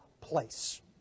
place